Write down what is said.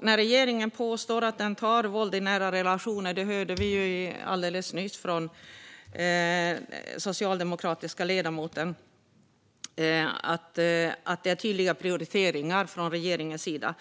Regeringen påstår att den tar våld i nära relationer på allvar; vi hörde alldeles nyss från den socialdemokratiska ledamoten att detta är en tydlig prioritering från regeringens sida.